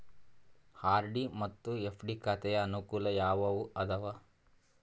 RD ಮತ್ತು FD ಖಾತೆಯ ಅನುಕೂಲ ಯಾವುವು ಅದಾವ?